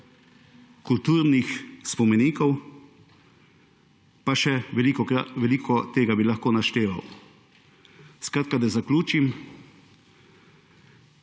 kulturnih spomenikov, pa še veliko tega bi lahko našteval. Da zaključim.